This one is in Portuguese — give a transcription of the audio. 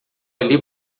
ali